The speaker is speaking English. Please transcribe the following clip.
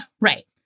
Right